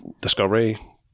Discovery